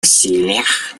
усилиях